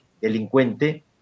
delincuente